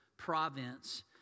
province